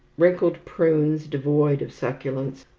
wrinkled prunes devoid of succulence,